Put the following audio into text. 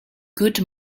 good